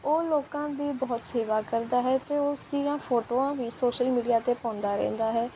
ਉਹ ਲੋਕਾਂ ਦੀ ਬਹੁਤ ਸੇਵਾ ਕਰਦਾ ਹੈ ਅਤੇ ਉਸ ਦੀਆਂ ਫੋਟੋਆਂ ਵੀ ਸੋਸ਼ਲ ਮੀਡੀਆ 'ਤੇ ਪਾਉਂਦਾ ਰਹਿੰਦਾ ਹੈ